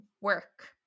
work